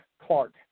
Clark